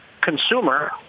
consumer